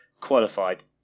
qualified